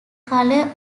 color